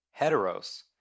Heteros